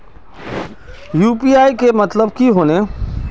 UPI के मतलब की होने?